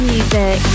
Music